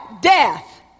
death